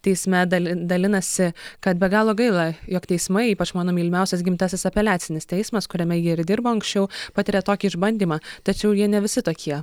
teisme dali dalinasi kad be galo gaila jog teismai ypač mano mylimiausias gimtasis apeliacinis teismas kuriame ji ir dirbo anksčiau patiria tokį išbandymą tačiau jie ne visi tokie